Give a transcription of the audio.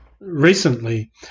recently